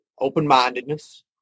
open-mindedness